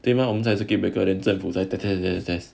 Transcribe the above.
对吗我们在 circuit breaker then 政府才 test test test test test